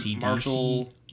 Marshall